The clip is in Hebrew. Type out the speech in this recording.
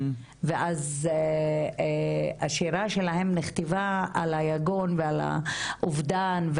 ואז השירה שלהן נכתבה על היגון ועל האובדן,